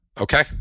Okay